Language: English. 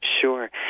Sure